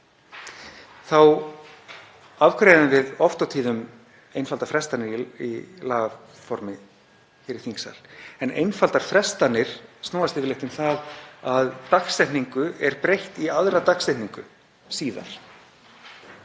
þá afgreiðum við oft og tíðum einfaldar frestanir í lagaformi hér í þingsal en þær snúast yfirleitt um það að dagsetningu er breytt í aðra dagsetningu síðar.